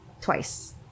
twice